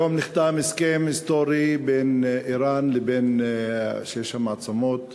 היום נחתם הסכם היסטורי בין איראן לבין שש המעצמות